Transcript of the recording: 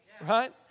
Right